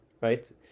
right